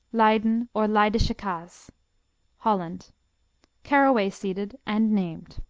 leyden, or leidsche kaas holland caraway-seeded and named.